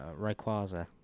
Rayquaza